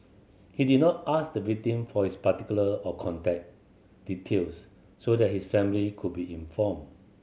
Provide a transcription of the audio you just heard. he did not ask the victim for his particulars or contact details so that his family could be informed